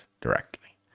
directly